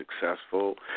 successful